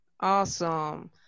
Awesome